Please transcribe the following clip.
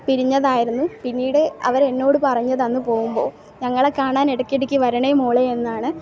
പിരിഞ്ഞതായിരുന്നു പിന്നീട് അവരെന്നോട് പറഞ്ഞത് അന്ന് പോകുമ്പോൾ ഞങ്ങളെ കാണാൻ ഇടക്കിടക്ക് വരണേ മോളെ എന്നാണ്